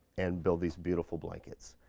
and build these beautiful blankets.